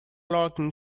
lurking